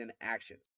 actions